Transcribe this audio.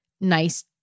nice